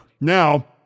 Now